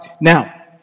Now